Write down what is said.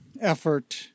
effort